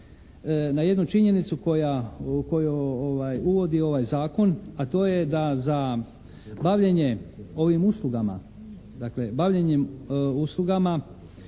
na jednu činjenicu koju uvodi ovaj zakon, a to je da za bavljenje ovim uslugama, dakle bavljenjem uslugama